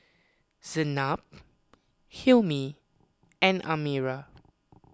Zaynab Hilmi and Amirah